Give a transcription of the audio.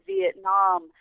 Vietnam